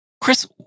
Chris